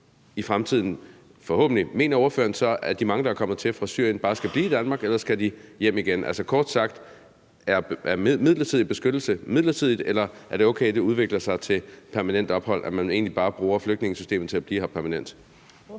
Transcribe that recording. i fremtiden, hvad mener ordføreren så om de mange, der er kommet hertil fra Syrien – skal de bare blive i Danmark, eller skal de hjem igen? Altså kort sagt: Er midlertidig beskyttelse midlertidig, eller er det okay, at den udvikler sig til permanent ophold, og at man egentlig bare bruger flygtningesystemet til at blive her permanent?